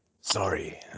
sorry